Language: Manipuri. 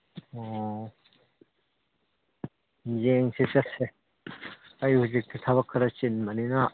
ꯑꯣ ꯌꯦꯡꯁꯤ ꯆꯠꯁꯦ ꯑꯩ ꯍꯧꯖꯤꯛꯇꯤ ꯊꯕꯛ ꯈꯔ ꯆꯤꯟꯕꯅꯤꯅ